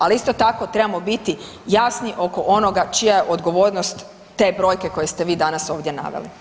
Ali isto tako trebamo biti jasni oko onoga čija je odgovornost te brojke koje ste vi danas ovdje naveli.